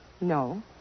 No